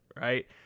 right